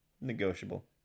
negotiable